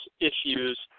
issues